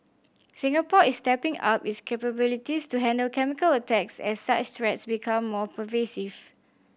Singapore is stepping up its capabilities to handle chemical attacks as such threats become more pervasive